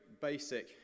basic